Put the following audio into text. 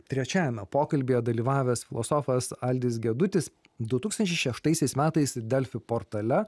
trečiajame pokalbyje dalyvavęs filosofas aldis gedutis du tūkstančiai šeštaisiais metais delfi portale